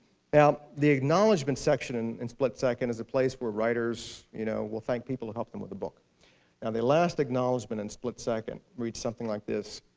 and um the acknowledgement section in split second it's a place where writers you know will thank people who helped them with the book and the last acknowledgement in split second reads something like this